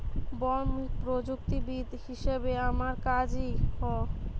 বন প্রযুক্তিবিদ হিসাবে আমার কাজ হ